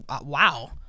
wow